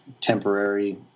temporary